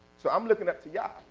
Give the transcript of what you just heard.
so, i'm looking up to yeah